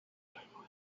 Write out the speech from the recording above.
luego